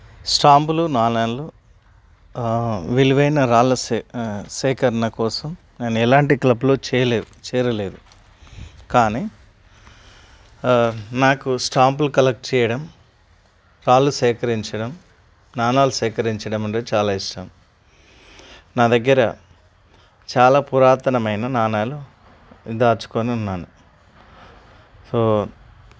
స్టాంపులు నాణాలు విలువైన రాళ్ళ సే సేకరణ కోసం నేను ఎలాంటి క్లబ్లో చేయలేదు చేరలేదు కానీ నాకు స్టాంపులు కలెక్ట్ చేయడం రాళ్ళు సేకరించడం నాణేలు సేకరించడం అంటే చాలా ఇష్టం నా దగ్గర చాలా పురాతనమైన నాణేలు దాచుకొని ఉన్నాను సో